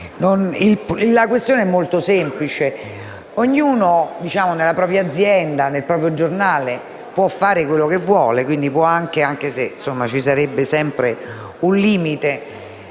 La questione è molto semplice: ognuno nella propria azienda e nel proprio giornale può fare quello che vuole, anche se ci sarebbe sempre un limite